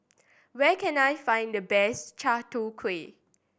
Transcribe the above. where can I find the best Chai Tow Kuay